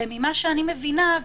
ממה שאני מבינה,